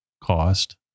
cost